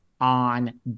on